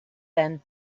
and